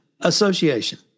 Association